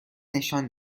نشان